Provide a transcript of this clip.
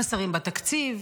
חסרים בתקציב,